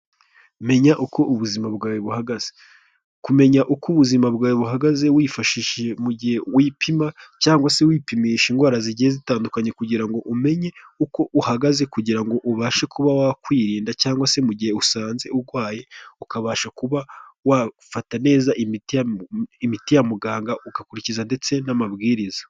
Menya uko ubuzima bwawe buhaga, kumenya uko ubuzima bwawe buhagaze wifashishije mugihe wipima cyangwa se wipimisha indwara zigiye zitandukanye, kugirango umenye uko uhagaze kugirango ubashe kuba wakwirinda cyangwa se mu gihe usanze urwaye ukabasha kuba wafata neza imiti imiti ya muganga ugakurikiza ndetse n'amabwiriza.